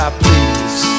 please